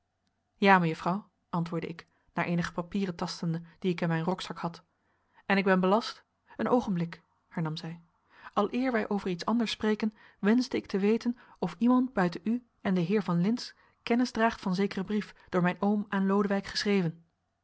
ja mejuffrouw antwoordde ik naar eenige papieren tastende die ik in mijn rokzak had en ik ben belast een oogenblik hernam zij aleer wij over iets anders spreken wenschte ik te weten of iemand buiten u en den heer van lintz kennis draagt van zekeren brief door mijn oom aan lodewijk geschreven